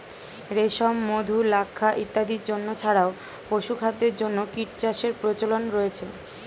রেশম, মধু, লাক্ষা ইত্যাদির জন্য ছাড়াও পশুখাদ্যের জন্য কীটচাষের প্রচলন রয়েছে